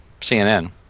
CNN